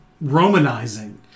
Romanizing